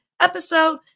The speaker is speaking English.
episode